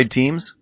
teams